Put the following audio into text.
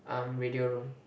um radio room